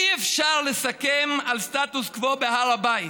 אי-אפשר לסכם על סטטוס קוו בהר הבית